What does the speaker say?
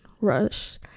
Rush